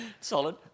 Solid